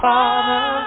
Father